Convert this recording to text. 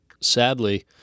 sadly